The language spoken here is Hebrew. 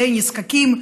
לנזקקים.